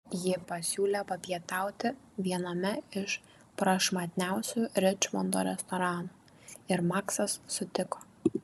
ji pasiūlė papietauti viename iš prašmatniausių ričmondo restoranų ir maksas sutiko